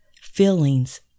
feelings